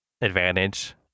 advantage